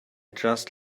just